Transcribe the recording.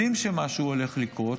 יודעים שמשהו הולך לקרות,